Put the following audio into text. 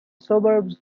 suburbs